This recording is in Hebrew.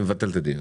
אני מבטל את הדיון